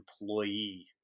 employee